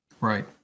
Right